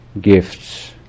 gifts